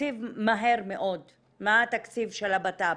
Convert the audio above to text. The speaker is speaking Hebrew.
מה התקציב של הבט"פ